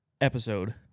episode